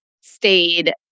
stayed